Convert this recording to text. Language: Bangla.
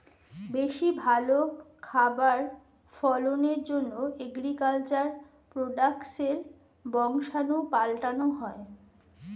বেশি ভালো খাবার ফলনের জন্যে এগ্রিকালচার প্রোডাক্টসের বংশাণু পাল্টানো হয়